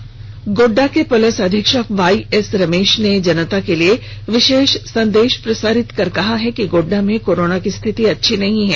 corona Godda Godda के police अधीक्षक Y S Ramesh ने जनता के लिए विशेष संदेश प्रसारित कर कहा है कि गोड्डा में कोरोना की स्थिति अच्छी नहीं है